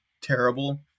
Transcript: terrible